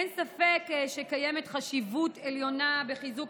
אין ספק שקיימת חשיבות עליונה בחיזוק